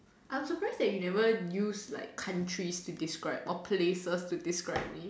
I'm surprised that you never used like countries to describe or places to describe me